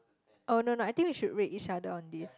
oh no no I think we should rate each other on this